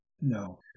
No